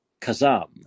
Kazam